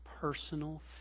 personal